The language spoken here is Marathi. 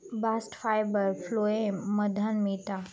बास्ट फायबर फ्लोएम मधना मिळता